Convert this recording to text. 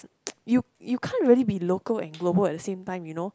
you you can't really be local and global at the same time you know